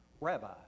Rabbi